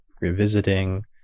revisiting